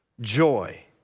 joy,